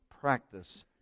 practice